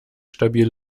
stabil